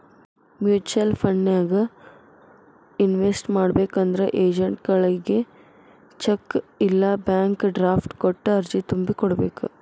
mutual ಫಂಡನ್ಯಾಗ invest ಮಾಡ್ಬೇಕಂದ್ರ ಏಜೆಂಟ್ಗಳಗಿ ಚೆಕ್ ಇಲ್ಲಾ ಬ್ಯಾಂಕ್ ಡ್ರಾಫ್ಟ್ ಕೊಟ್ಟ ಅರ್ಜಿ ತುಂಬಿ ಕೋಡ್ಬೇಕ್